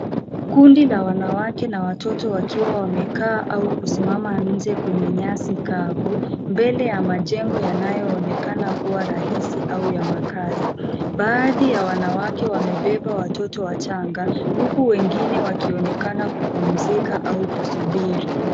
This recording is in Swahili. Kundi la wanawake na watoto wakiwa wamekaa au kusimama nje kwenye nyasi kavu, mbele ya majengo yanayonekana kuwa rahisi au ya makazi. Baadhi ya wanawake wamebeba watoto wachanga uku wengine wakionekana kupumzika au kusubiri.